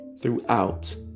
throughout